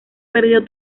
perdido